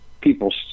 people